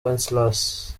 wenceslas